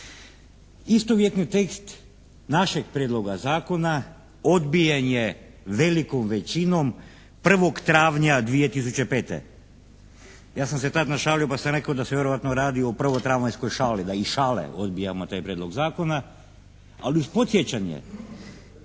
Istovjetni tekst našeg Prijedloga zakona odbijen je velikom većinom 1. travnja 2005. Ja sam se tad našalio pa sam rekao da se vjerojatno radi o prvotravanjskoj šali. Da iz šale odbijamo taj Prijedlog zakona, ali uz podsjećanje